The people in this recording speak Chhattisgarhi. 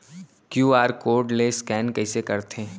क्यू.आर कोड ले स्कैन कइसे करथे?